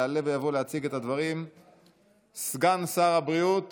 התשפ"א 2021. יעלה ויבוא להציג את הדברים סגן שר הבריאות